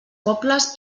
pobles